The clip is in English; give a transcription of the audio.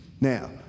Now